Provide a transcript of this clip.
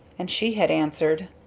and she had answered,